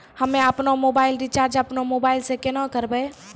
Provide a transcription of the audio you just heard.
हम्मे आपनौ mobile recharge आपनौ मोबाइल से केना करवै?